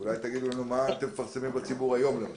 אולי תגידו לנו מה אתם מפרסמים בציבור היום, למשל.